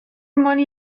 money